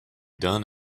done